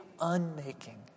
unmaking